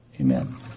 Amen